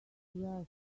where